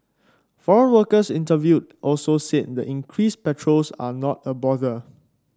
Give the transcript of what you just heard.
foreign workers interviewed also said the increased patrols are not a bother